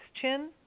chin